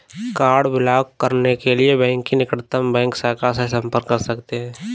card block करने के लिए बैंक की निकटतम बैंक शाखा से संपर्क कर सकते है